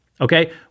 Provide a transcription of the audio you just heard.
okay